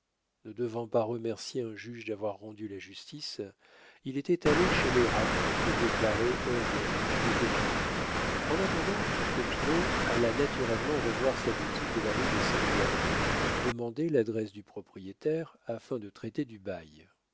ne devant pas remercier un juge d'avoir rendu la justice il était allé chez les ragon se déclarer homme lige des popinot en attendant popinot alla naturellement revoir sa boutique de la rue des cinq diamants demander l'adresse du propriétaire afin de traiter du bail